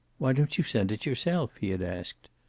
why don't you send it yourself? he had asked.